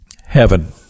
heaven